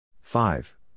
Five